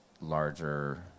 larger